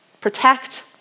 protect